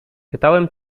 pytałem